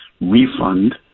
refund